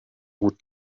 hut